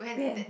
when